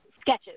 sketches